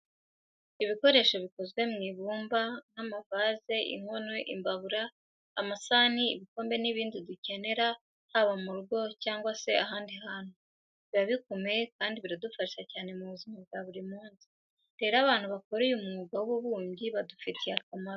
Ibikoresho bikozwe mu ibumba nk'amavaze, inkono, imbabura, amasahani, ibikombe n'ibindi dukenera haba mu rugo cyangwa se n'ahandi hantu, biba bikomeye kandi biradufasha cyane mu buzima bwa buri munsi. Rero, abantu bakora uyu mwuga w'ububumbyi badufitiye umumaro.